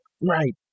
Right